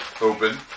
open